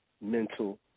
mental